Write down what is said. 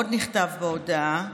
עוד נכתב בהודעה: